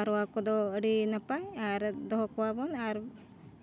ᱯᱟᱨᱣᱟ ᱠᱚᱫᱚ ᱟᱹᱰᱤ ᱱᱟᱯᱟᱭ ᱟᱨ ᱫᱚᱦᱚ ᱠᱚᱣᱟᱵᱚᱱ ᱟᱨ